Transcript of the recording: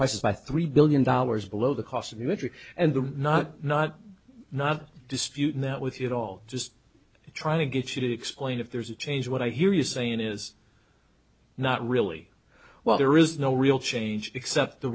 prices by three billion dollars below the cost of magick and i'm not not not disputing that with it all just trying to get you to explain if there's a change what i hear you saying is not really well there is no real change except the